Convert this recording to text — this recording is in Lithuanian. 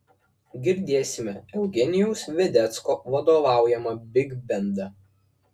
girdėsime eugenijaus vedecko vadovaujamą bigbendą